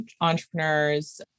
entrepreneurs